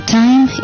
time